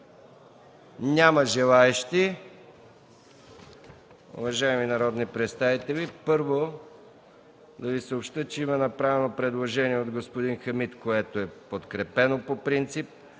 Няма желаещи. Уважаеми народни представители, първо да Ви съобщя, че има направено предложение от господин Хамид, което е подкрепено по принцип.